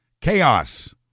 Chaos